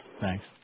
Thanks